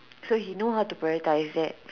so he know how to prioritize that